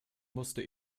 musste